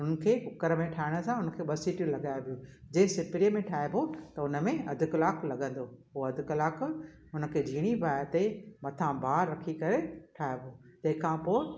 हुनखे कुकर में ठाहिण सां हुनखे ॿ सिटियूं लॻाए बियूं जे सुपरीअ में ठाहिबो त हुन में अधु कलाकु लॻंदो पोइ अधु कलाकु हुनखे झीणी बाहि ते मथां भार रखी करे ठाहिबो तंहिं खां पोइ